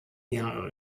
jahre